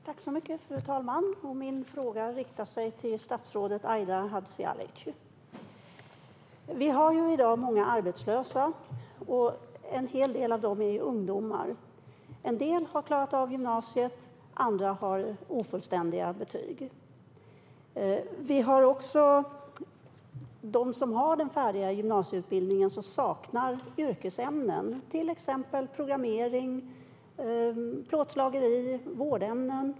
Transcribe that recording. Fru talman! Min fråga riktar sig till statsrådet Aida Hadzialic. Vi har i dag många arbetslösa, och en hel del av dem är ungdomar. En del har klarat av gymnasiet, medan andra har ofullständiga betyg. Vi har också dem som har färdig gymnasieutbildning som saknar yrkesämnen, till exempel programmering, plåtslageri eller vårdämnen.